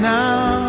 now